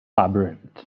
labyrinth